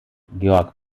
georg